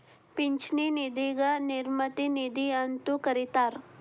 ಪಿಂಚಣಿ ನಿಧಿಗ ನಿವೃತ್ತಿ ನಿಧಿ ಅಂತೂ ಕರಿತಾರ